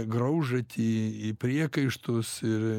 graužatį į priekaištus ir